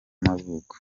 y’amavuko